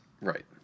right